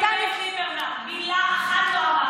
לא אמרתם מילה אחת לאיווט ליברמן.